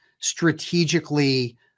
strategically